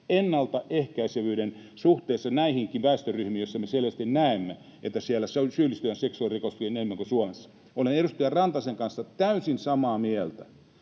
ennaltaehkäisevyyden suhteessa näihinkin väestöryhmiin, joista me selvästi näemme, että siellä syyllistytään seksuaalirikoksiin enemmän kuin Suomessa. Olen edustaja Rantasen kanssa täysin samaa mieltä